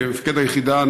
מפקד היחידה,